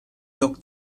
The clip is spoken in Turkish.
yok